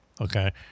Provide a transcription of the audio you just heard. okay